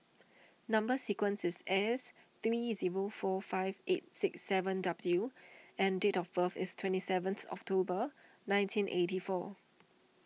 Number Sequence is S three zero four five eight six seven W and date of birth is twenty seventh October nineteen eighty four